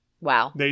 Wow